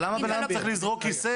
אבל למה בן אדם צריך לזרוק כיסא?